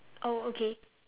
oh okay